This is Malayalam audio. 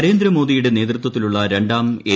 നരേന്ദ്രമോദിയുടെ നേതൃത്വത്തിലുള്ള രണ്ടാം എൻ